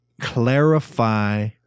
clarify